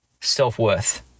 self-worth